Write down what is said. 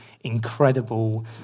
incredible